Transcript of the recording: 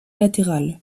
latérale